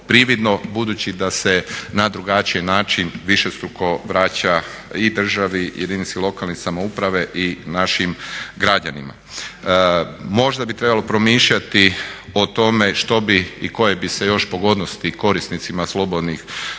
budući da se na drugačiji način višestruko vraća i državi, jedinici lokalne samouprave i našim građanima. Možda bi trebalo promišljati o tome što bi i koje bi se još pogodnosti korisnicima slobodnih